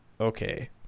okay